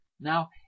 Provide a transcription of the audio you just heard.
Now